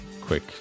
Quick